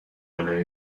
آلا